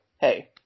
hey